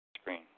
screen